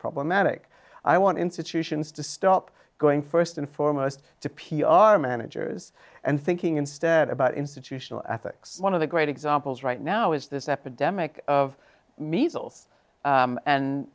problematic i want institutions to stop going st and foremost to p r managers and thinking instead about institutional ethics one of the great examples right now is this epidemic of measles